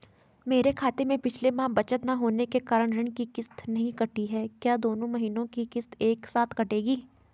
मेरे खाते में पिछले माह बचत न होने के कारण ऋण की किश्त नहीं कटी है क्या दोनों महीने की किश्त एक साथ कटेगी?